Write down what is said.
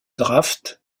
draft